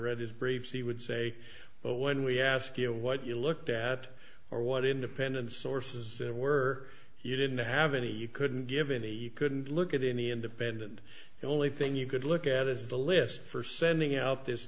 read his briefs he would say but when we ask you what you looked at or what independent sources were you didn't have any you couldn't give any you couldn't look at in the independent the only thing you could look at is the list for sending out this